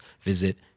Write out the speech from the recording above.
visit